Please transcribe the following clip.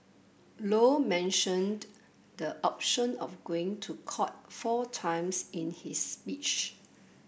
low mentioned the option of going to court four times in his speech